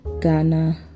Ghana